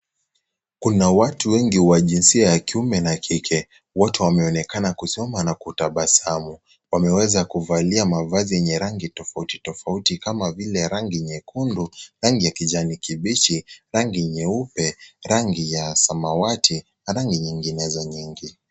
Kuna watu wengi wa jinsia ya kiume na kike. Wote wanaoneka kusoma na kutabasamu .Wameweza kuvalia mavazi yenye rangi tofauti tofauti kama vile, rangi nyekundu, rangi ya kijani kibichi, rangi nyeupe, rangi ya samawati na rangi nyinginezo nyingi.